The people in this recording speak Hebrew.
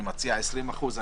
אני מציע 20%?